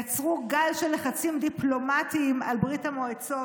יצרו גל של לחצים דיפלומטיים על ברית המועצות,